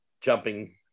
jumping